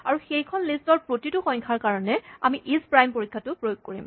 আৰু সেইখন লিষ্ট ৰ প্ৰতিটো সংখ্যাৰ কাৰণে আমি ইজ প্ৰাইম পৰীক্ষাটো প্ৰয়োগ কৰিম